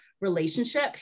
relationship